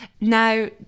Now